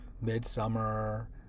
Midsummer